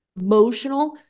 emotional